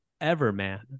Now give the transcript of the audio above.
Everman